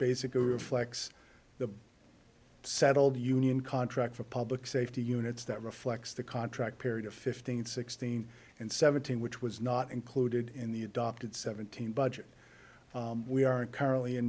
basically reflects the settled union contract for public safety units that reflects the contract period of fifteen sixteen and seventeen which was not included in the adopted seventeen budget we are currently in